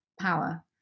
power